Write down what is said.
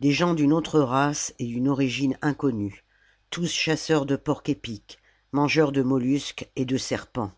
des gens d'une autre race et d'une origine inconnue tous chasseurs de porcs épics mangeurs de mollusques et de serpents